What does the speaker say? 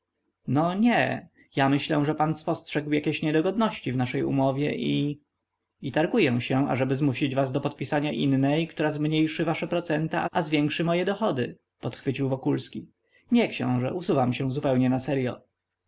no nie ja myślę że pan spostrzegł jakieś niedogodności w naszej umowie i i targuję się ażeby zmusić was do podpisania innej która zmniejszy wasze procenta a zwiększy moje dochody podchwycił wokulski nie książe usuwam się zupełnie naseryo